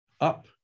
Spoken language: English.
up